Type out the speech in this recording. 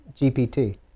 GPT